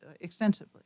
extensively